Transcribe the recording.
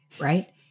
right